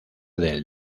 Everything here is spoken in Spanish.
del